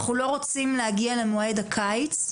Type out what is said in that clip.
אנחנו לא רוצים להגיע למועד הקיץ,